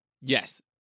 Yes